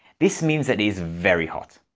this means that it is very hot.